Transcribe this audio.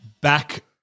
back